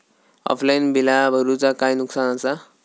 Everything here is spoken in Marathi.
ऑफलाइन बिला भरूचा काय नुकसान आसा?